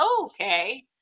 okay